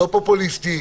לא פופוליסטי,